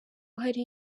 hari